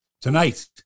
Tonight